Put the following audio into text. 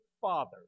father